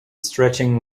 stretching